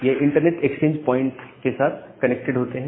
ये internet exchange points के साथ कनेक्टेड होते हैं